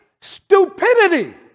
stupidity